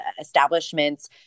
establishments